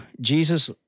Jesus